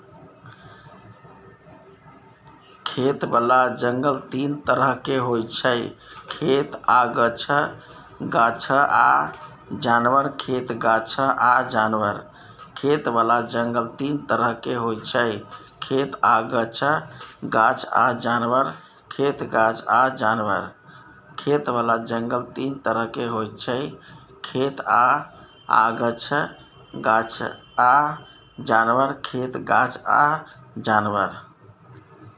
खेतबला जंगल तीन तरहक होइ छै खेत आ गाछ, गाछ आ जानबर, खेत गाछ आ जानबर